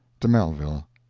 de mellville.